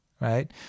Right